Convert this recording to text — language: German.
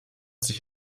sich